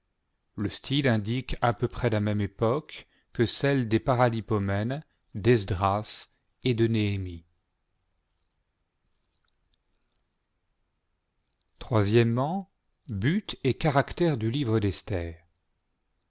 le style indique à peu près la même époque que celle des paralipomènes d'esdras et de nem but et caractère du livre d'esther